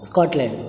Scotland